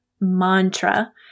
mantra